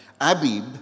Abib